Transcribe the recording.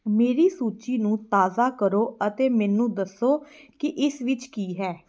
ਮੇਰੀ ਸੂਚੀ ਨੂੰ ਤਾਜ਼ਾ ਕਰੋ ਅਤੇ ਮੈਨੂੰ ਦੱਸੋ ਕਿ ਇਸ ਵਿੱਚ ਕੀ ਹੈ